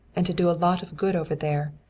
and to do a lot of good over there,